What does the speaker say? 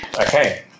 Okay